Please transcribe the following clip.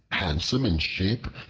handsome in shape,